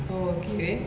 oh okay